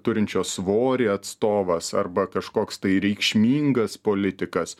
turinčios svorį atstovas arba kažkoks tai reikšmingas politikas